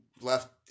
left